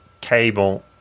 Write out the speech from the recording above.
cable